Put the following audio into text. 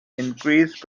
increased